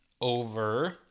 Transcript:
over